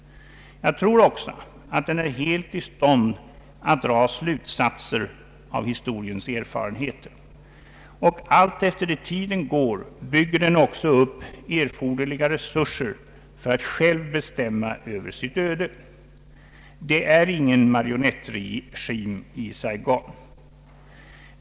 Jag tror också att den regeringen är helt i stånd att dra slutsatser av historiens erfarenheter. Alltefter det tiden går bygger den också upp erforderliga resurser för att själv bestämma över sitt öde. Det är ingen marionettregim i Saigon.